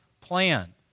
plan